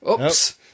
Oops